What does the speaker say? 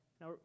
Now